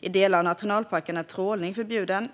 I vissa delar av nationalparken är trålning förbjuden.